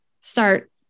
start